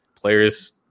players